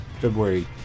February